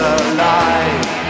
alive